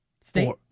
State